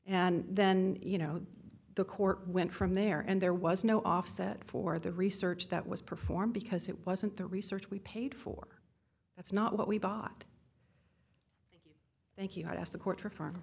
and then you know the court went from there and there was no off that for the research that was performed because it wasn't the research we paid for that's not what we thought thank you i asked a quarter